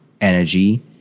energy